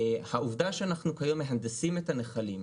העובדה שאנחנו כיום מהנדסים את הנחלים,